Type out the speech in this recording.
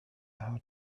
how